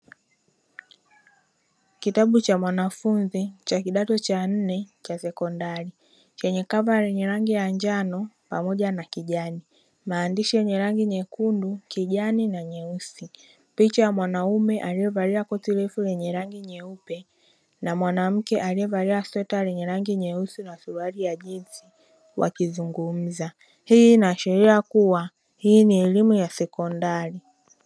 Kitabu cha mwanafunzi cha kidato cha nne cha sekondari chenye kava lenye rangi ya njano pamoja na kijani, maandishi yenye rangi nyekundu, kijani na nyeusi picha ya mwanaume aliyevalia koti refu lenye rangi nyeupe na mwanamke aliyevalia sweta lenye rangi nyeusi na suruali ya jinsi wakizungumza, hii inaashiria kuwa hii ni elimu ya sekondari.